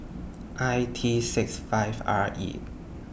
I T six five R E